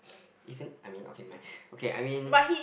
isn't I mean okay never mind okay I mean